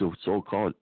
so-called